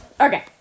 Okay